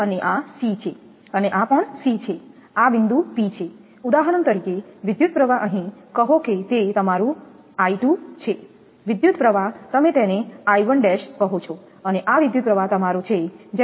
આ બિંદુ P છે ઉદાહરણ તરીકે વિદ્યુત પ્રવાહ અહીં કહો કે તે તમારું 𝑖2 છે વિદ્યુત પ્રવાહ તમે તેને અહીં 𝑖1′ કહો છો અને આ વિદ્યુત પ્રવાહ તમારો છે જેને તમે 𝑖1 કહો છો